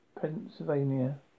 Pennsylvania